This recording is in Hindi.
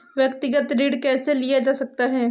व्यक्तिगत ऋण कैसे लिया जा सकता है?